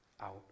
out